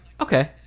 okay